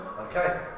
Okay